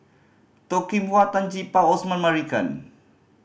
Toh Kim Hwa Tan Gee Paw Osman Merican